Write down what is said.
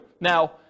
Now